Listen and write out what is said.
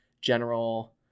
general